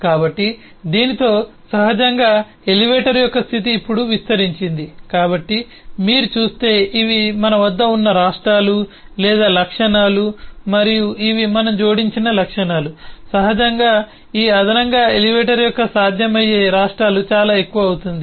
కాబట్టి దీనితో సహజంగా ఎలివేటర్ యొక్క స్థితి ఇప్పుడు విస్తరించింది కాబట్టి మీరు చూస్తే ఇవి మన వద్ద ఉన్న రాష్ట్రాలు లేదా లక్షణాలు మరియు ఇవి మనం జోడించిన లక్షణాలు సహజంగా ఈ అదనంగా ఎలివేటర్ యొక్క సాధ్యమయ్యే రాష్ట్రాలు చాలా ఎక్కువ అవుతుంది